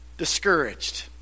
discouraged